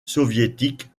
soviétique